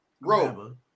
Bro